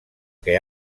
que